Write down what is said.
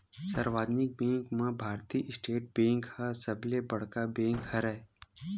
सार्वजनिक बेंक म भारतीय स्टेट बेंक ह सबले बड़का बेंक हरय